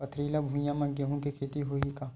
पथरिला भुइयां म गेहूं के खेती होही का?